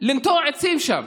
לנטוע עצים שם.